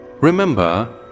Remember